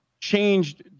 changed